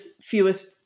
fewest